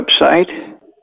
website